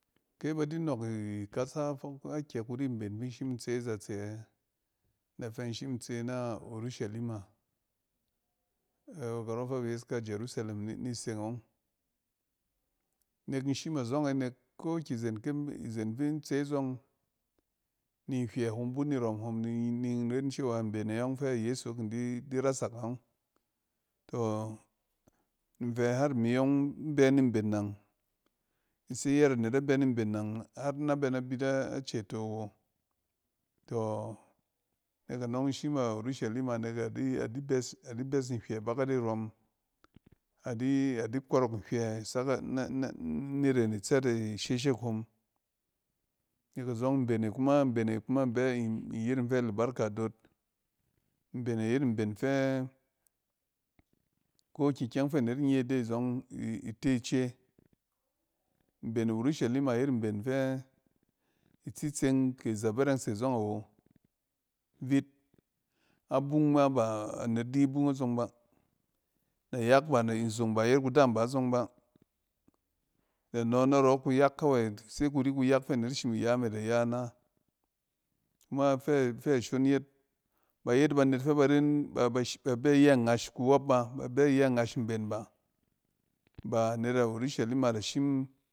Kyɛ ba di nɔɔk ikasa fok akyɛ kuri mben fi in shim in tse azatse ɛ in da fɛ in shim tse na urushalima,-karɔ fɛ ba yes ika a jerusalem ni seng ɔng. Nek in shim azɔng e nek ko ki zen kinb-izen fin tse zɔng ni nhywɛ hom bun ni rɔm hom ni-ni nren cewa mben eyɔng fɛ a yeso kin di-di rasak ɔng, in har imi yɔng in bɛ ni mben nang. I se yɛt anet na bɛ ni mben nang har na bɛ na bit a ceto wo. Tɔ, nek anɔng in shim a urushalima nek adi-adi bɛes ni nhywɛ bakat irɔm, adi-adi kɔrɔk nhywɛ sak an-n-niren itsal ishɛshɛk hom. Nek azɔng mbene kuma, mbene kuma in bɛ, in yet in fɛ albarka dot mbene yet mben fɛ ko kikyɛng fɛ net nye de azɔng i-te ice. Mben urushalima yet mben fɛ itsitsing kɛ iz abɛreng se zɔng awo vit. Abung ma, ba anet di abung azɔng ba. Nayak bana, nzong ban yet kudaam ba zɔng ba. Da nɔ narɔ kuyak kawai se kuri kuyak fɛ anet shim iya me da ya ina. Kuma ifɛ shon yet bayet banet fɛ bar en b aba, sh ba bɛ iyɛ ngash kuwɔp ba, ba bɛ iyɛ ngash mben ba. Ba anet urushalima da shim.